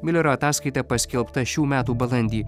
miulerio ataskaita paskelbta šių metų balandį